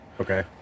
Okay